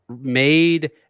made